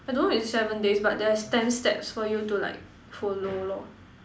I don't know is Seven Days but there is ten steps for you to like follow lor